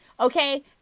Okay